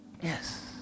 Yes